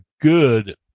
good